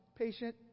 patient